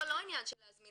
לא עניין של להזמין.